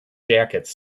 jackets